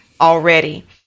already